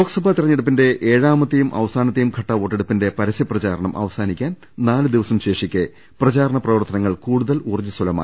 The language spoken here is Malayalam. ലോക്സഭ തെരഞ്ഞെടുപ്പിന്റെ ഏഴാമത്തെയും അവസാന ത്തേയും ഘട്ട വോട്ടെടുപ്പിന്റെ പരസ്യപ്രചാരണം അവസാനിക്കാൻ നാല് ദിവസം ശേഷിക്കെ പ്രചാരണ പ്രവർത്തനങ്ങൾ കൂടുതൽ ഊർജ്ജസ്വലമായി